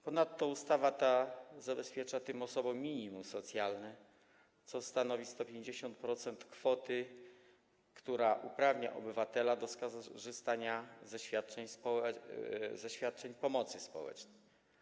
Ponadto ustawa ta zabezpiecza tym osobom minimum socjalne, co stanowi 150% kwoty, która uprawnia obywatela do skorzystania ze świadczeń pomocy społecznej.